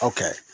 Okay